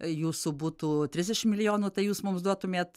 jūsų būtų trisdešimt milijonų tai jūs mums duotumėt